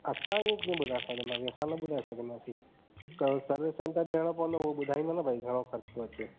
असां ईअं कीअं ॿुधाइ सघंदासीं असां न ॿुधाइ सघंदासीं त सर्विस सेंटर ॾियणो पवंदो हूअ ॿुधाईंदो न भाई घणो ख़र्चु थो अचे